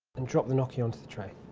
and drop the gnocchi onto the tray.